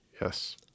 Yes